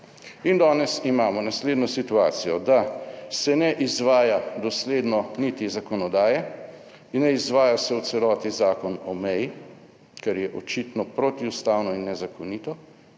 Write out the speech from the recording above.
In danes imamo naslednjo situacijo, da se ne izvaja dosledno niti zakonodaje in ne izvaja se v celoti Zakon o meji, kar je očitno protiustavno in nezakonito.